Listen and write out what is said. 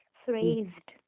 phrased